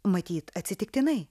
matyt atsitiktinai